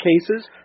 cases